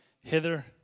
hither